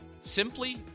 simply